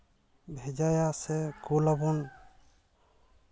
ᱵᱷᱮᱡᱟᱭᱟ ᱥᱮ ᱠᱳᱞᱟᱵᱚᱱ